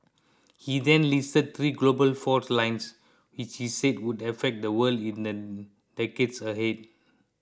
he then listed three global fault lines which he said would affect the world in the decades ahead